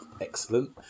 excellent